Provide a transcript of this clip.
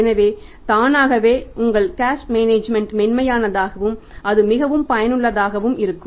எனவே தானாகவே உங்கள் கேஷ் மேனேஜ்மென்ட் மென்மையானதாகவும் அது மிகவும் பயனுள்ளதாக இருக்கும்